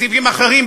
בסעיפים אחרים,